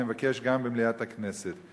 ואני מבקש גם במליאת הכנסת: